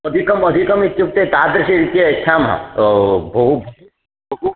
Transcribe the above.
अधिकम् अधिकम् इत्युक्ते तादृशरीत्या यच्छामः बहु बहु